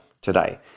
today